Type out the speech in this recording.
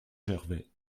gervais